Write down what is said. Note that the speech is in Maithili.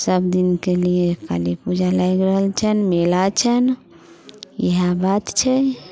सब मिलके गेल काली पूजा लागि रहल छनि मेला छनि इएह बात छै